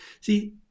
see